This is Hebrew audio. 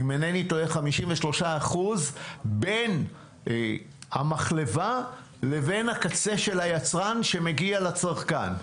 53% בין המחלבה לבין הקצה של היצרן שמגיע לצרכן.